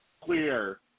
clear